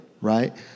right